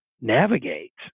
navigate